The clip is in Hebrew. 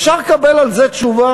אפשר לקבל על זה תשובה?